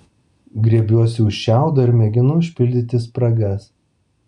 griebiuosi už šiaudo ir mėginu užpildyti spragas